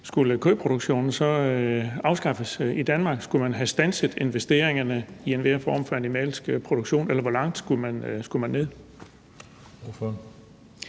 skulle kødproduktionen så afskaffes i Danmark? Skulle man standse investeringerne i enhver form for animalsk produktion, eller hvor langt skulle man gå? Kl.